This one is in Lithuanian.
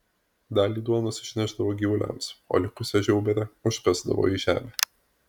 dalį duonos išnešdavo gyvuliams o likusią žiauberę užkasdavo į žemę